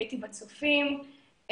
הייתי בצופים,